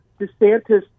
DeSantis